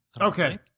okay